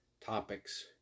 Topics